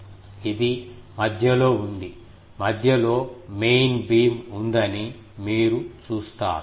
ఇది మధ్యలో ఉంది మధ్యలో మెయిన్ బీమ్ ఉందని మీరు చూస్తారు